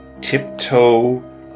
tiptoe